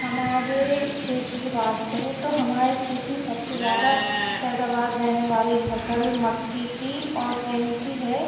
हमारे क्षेत्र कि बात करे तो तो हमारे क्षेत्र में सबसे ज़्यादा पैदावार देने वाली फ़सल मक्के की और गेहूँ की है